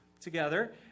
together